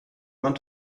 man